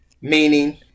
meaning